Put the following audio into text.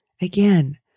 Again